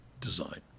design